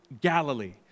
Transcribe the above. Galilee